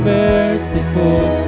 merciful